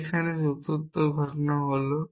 c এখানে চতুর্থ ঘটনা হল